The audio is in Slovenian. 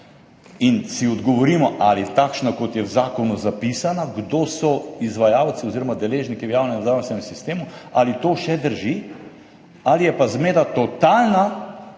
in si odgovorimo, ali takšna, kot je v zakonu zapisana, kdo so izvajalci oziroma deležniki v javnem zdravstvenem sistemu, ali to še drži ali je pa zmeda totalna,